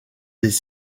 des